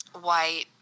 white